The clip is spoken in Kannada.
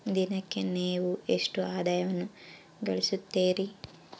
ದಿನಕ್ಕೆ ನೇವು ಎಷ್ಟು ಆದಾಯವನ್ನು ಗಳಿಸುತ್ತೇರಿ?